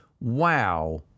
Wow